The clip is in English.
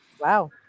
wow